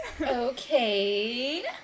okay